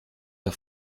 der